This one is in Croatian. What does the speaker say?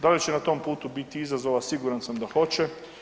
Da li će na tom putu biti izazova, siguran sam da hoće.